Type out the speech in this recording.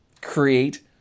create